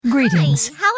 Greetings